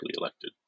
elected